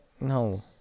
No